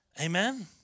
Amen